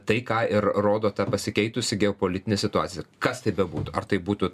tai ką ir rodo ta pasikeitusi geopolitinė situacija kas tai bebūtų ar tai būtų